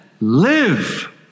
live